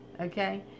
okay